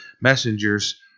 messengers